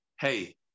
hey